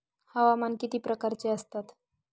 हवामान किती प्रकारचे असतात?